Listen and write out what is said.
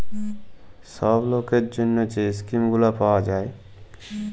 ছব লকের জ্যনহে যে ইস্কিম গুলা পাউয়া যায়